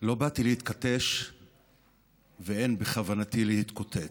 לא באתי להתכתש ואין בכוונתי להתקוטט.